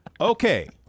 Okay